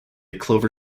clover